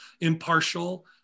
impartial